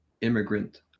immigrant